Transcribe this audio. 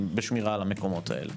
בשמירה על המקומות האלה?